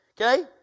okay